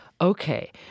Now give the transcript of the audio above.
Okay